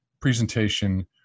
presentation